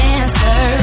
answer